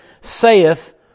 saith